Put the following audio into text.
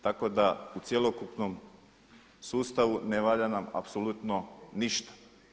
Tako da u cjelokupnom sustavu ne valja nam apsolutno ništa.